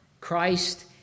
Christ